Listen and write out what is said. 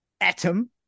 Atom